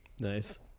Nice